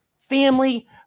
family